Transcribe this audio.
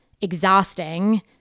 exhausting